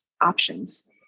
options